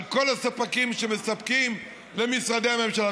על כל הספקים שמספקים למשרדי הממשלה,